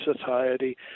society